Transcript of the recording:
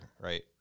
right